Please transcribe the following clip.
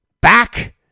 back